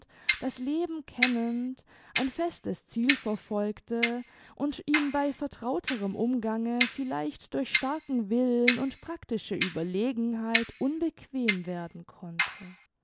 das leben kennend ein festes ziel verfolgte und ihm bei vertrauterem umgange vielleicht durch starken willen und practische ueberlegenheit unbequem werden konnte